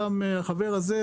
גם החבר הזה,